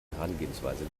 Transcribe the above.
herangehensweise